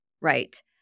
right